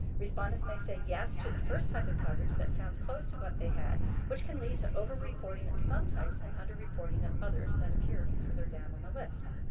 respondents may say yes to the first type of coverage that sounds close to what they had which can lead to over-reporting of some types and under-reporting of others that appeared further down on the list.